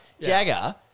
Jagger